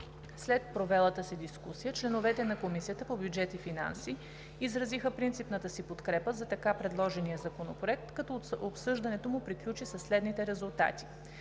След провелата се дискусия, членовете на Комисията по бюджет и финанси изразиха принципната си подкрепа за така предложения законопроект, като обсъждането му приключи със следните резултати: